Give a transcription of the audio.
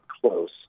close